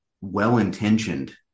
well-intentioned